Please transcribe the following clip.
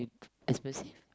expensive